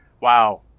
wow